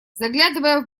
заглядывая